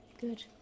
good